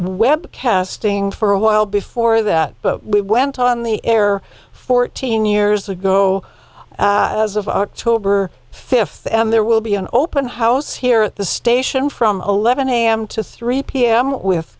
webcasting for a while before that we went on the air fourteen years ago as of october fifth and there will be an open house here at the station from eleven am to three pm with